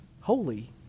holy